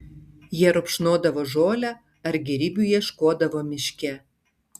jie rupšnodavo žolę ar gėrybių ieškodavo miške